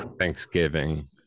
Thanksgiving